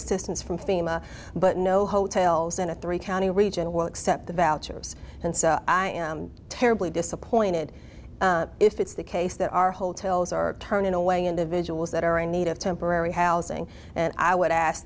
assistance from fema but no hotels in a three county region will accept the vouchers and so i am terribly disappointed if it's the case that our hotels are turning away individuals that are in need of temporary housing and i would ask